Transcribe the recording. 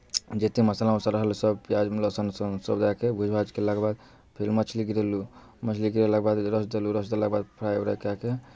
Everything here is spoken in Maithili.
जतेक मसाला वसाला रहल सभ प्याज लहसुन वहसुन सभ दए कऽ भूज भाज कयलाके बाद फेर मछली गिरेलहुँ मछली गिरेलाके बाद रस देलहुँ रस देलाके बाद फ्राइ व्राइ कए कऽ